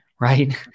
right